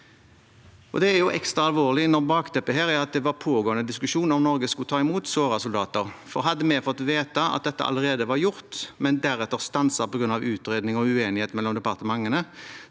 Det er ekstra alvorlig når bakteppet her er at det var en pågående diskusjon om Norge skulle ta imot sårede soldater. Hadde vi fått vite at dette allerede var gjort, men deretter stanset på grunn av utredning og uenighet mellom departementene,